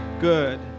good